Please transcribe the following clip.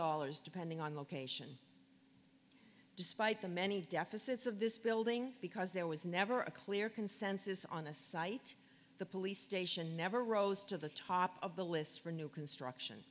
dollars depending on location despite the many deficits of this building because there was never a clear consensus on a site the police station never rose to the top of the list for new construction